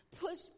Push